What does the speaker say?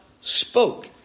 spoke